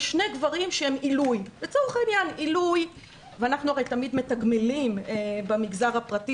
שני גברים שהם עילוי ואנחנו הרי תמיד מתגמלים במגזר הפרטי.